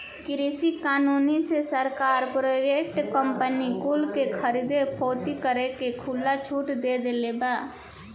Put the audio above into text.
कृषि कानून से सरकार प्राइवेट कंपनी कुल के खरीद फोक्त करे के खुला छुट दे देले बा